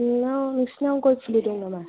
नोंनाव नोंसोरनाव गय फुलि दं नामा